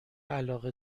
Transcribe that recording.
علاقه